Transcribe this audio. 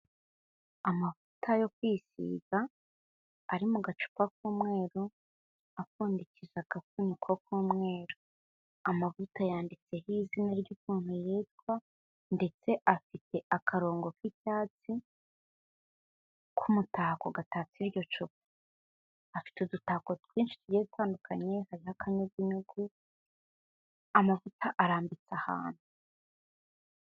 Amavuta yo kwisiga ari mu gacupa k'umweru apfundiki agfuniko k'umweru, amavuta yanditseho izina ry'ukuntu yitwa ndetse afite akarongo k'icyatsi k'umutako gatatse iryo cupa. Afite udutako twinshi tugiye dutandukanye hariho akanyugunyugu, amavuta arambitse ahantu.